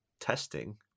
testing